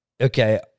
okay